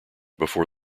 before